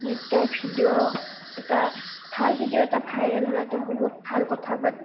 নৃত্যৰ ভিডিঅ' এটা ভাল ভিডিঅ' এটা ভাইৰেল হ'লতো বহুত ভাল কথা বাত